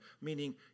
meaning